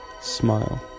Smile